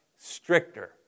stricter